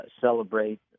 celebrate